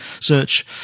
search